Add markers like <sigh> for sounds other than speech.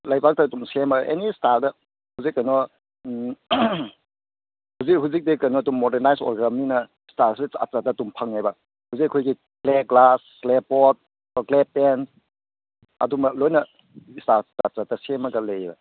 ꯂꯩꯕꯥꯛꯇ ꯑꯗꯨꯝ ꯁꯦꯝꯃ ꯑꯦꯅꯤ ꯁ꯭ꯇꯥꯏꯜꯗ ꯍꯧꯖꯤꯛ ꯀꯩꯅꯣ ꯎꯝ ꯍꯧꯖꯤꯛ ꯍꯧꯖꯤꯛꯇꯤ ꯀꯩꯅꯣ ꯑꯗꯨꯝ ꯃꯣꯗꯔꯅꯥꯏꯖ ꯑꯣꯏꯈ꯭ꯔꯃꯤꯅ ꯁ꯭ꯇꯥꯏꯜꯁꯤ ꯖꯥꯠ ꯖꯥꯠ ꯖꯥꯠ ꯑꯗꯨꯝ ꯐꯪꯉꯦꯕ ꯍꯧꯖꯤꯛ ꯑꯩꯈꯣꯏꯒꯤ ꯀ꯭ꯂꯦ ꯒ꯭ꯂꯥꯁ ꯁ꯭ꯂꯦ ꯄꯣꯠ <unintelligible> ꯄꯦꯟ ꯑꯗꯨꯝꯕ ꯂꯣꯏꯅ ꯁ꯭ꯇꯥꯏꯜ ꯖꯥꯠ ꯖꯥꯠ ꯖꯥꯠ ꯁꯦꯝꯃꯒ ꯂꯩꯌꯦꯕ